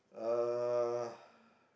uh